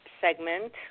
segment